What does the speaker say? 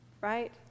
right